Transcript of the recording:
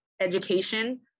education